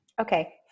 Okay